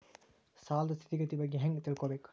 ಸಾಲದ್ ಸ್ಥಿತಿಗತಿ ಬಗ್ಗೆ ಹೆಂಗ್ ತಿಳ್ಕೊಬೇಕು?